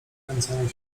kręcenie